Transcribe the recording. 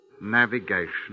navigation